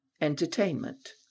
Entertainment